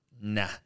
nah